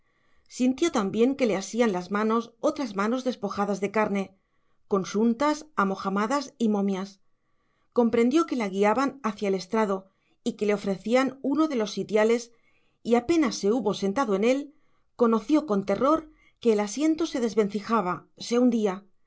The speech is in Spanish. despojadas de carne consuntas amojamadas y momias comprendió que la guiaban hacia el estrado y que le ofrecían uno de los sitiales y apenas se hubo sentado en él conoció con terror que el asiento se desvencijaba se hundía